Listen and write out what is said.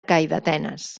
calldetenes